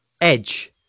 Edge